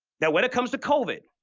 now, when it comes to covid,